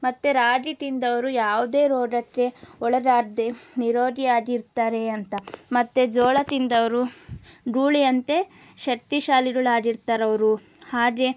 ಮತ್ತೆ ರಾಗಿ ತಿಂದವರು ಯಾವುದೇ ರೋಗಕ್ಕೆ ಒಳಗಾಗದೆ ನಿರೋಗಿ ಆಗಿರ್ತಾರೆ ಅಂತ ಮತ್ತೆ ಜೋಳ ತಿಂದವರು ಗೂಳಿಯಂತೆ ಶಕ್ತಿಶಾಲಿಗಳಾಗಿರ್ತಾರೆ ಅವರು ಹಾಗೆ